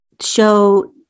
show